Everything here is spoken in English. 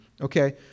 Okay